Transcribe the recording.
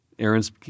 Aaron's